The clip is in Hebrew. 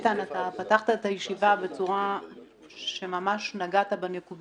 איתן, אתה פתחת את הישיבה וממש שנגעת בנקודה,